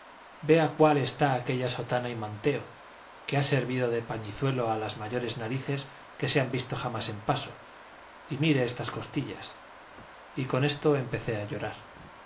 vea cuál está aquella sotana y manteo que ha servido de pañizuelo a las mayores narices que se han visto jamás en paso y mire estas costillas y con esto empecé a llorar